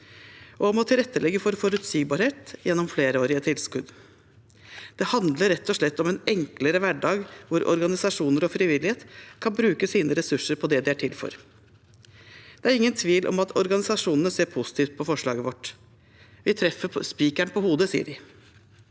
og om å tilrettelegge for forutsigbarhet gjennom flerårige tilskudd. Det handler rett og slett om en enklere hverdag, hvor organisasjoner og frivillighet kan bruke sine ressurser på det de er til for. Det er ingen tvil om at organisasjonene ser positivt på forslaget vårt. Vi treffer spikeren på hodet, sier de.